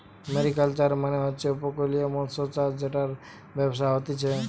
mariculture মানে হচ্ছে উপকূলীয় মৎস্যচাষ জেটার ব্যবসা হতিছে